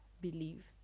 believe